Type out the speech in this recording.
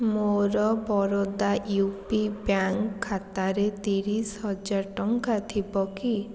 ମୋର Baroda U P bank ଖାତାରେ ତିରିଶ ହଜାର ଟଙ୍କା ଥିବ କି